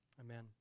Amen